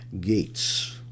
gates